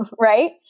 Right